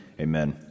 amen